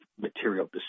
material